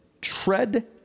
tread